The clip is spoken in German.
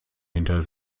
hinter